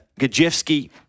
gajewski